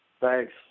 Thanks